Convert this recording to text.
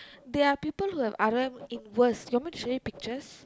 they're people who have R_O_M in worst you want to show you pictures